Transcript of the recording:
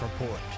Report